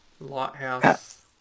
Lighthouse